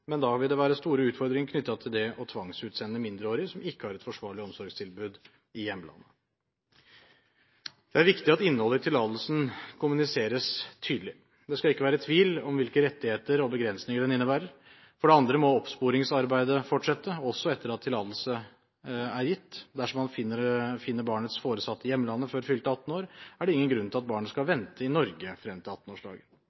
men det vil være store utfordringer knyttet til det å tvangsutsende mindreårige som ikke har et forsvarlig omsorgstilbud i hjemlandet. Det er – for det første – viktig at innholdet i tillatelsen kommuniseres tydelig. Det skal ikke være tvil om hvilke rettigheter og begrensninger den innebærer. For det andre må oppsporingsarbeidet fortsette, også etter at tillatelse er gitt. Dersom man finner barnets foresatte i hjemlandet før barnet er fylt 18 år, er det ingen grunn til at barnet skal